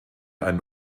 einen